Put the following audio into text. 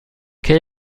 quel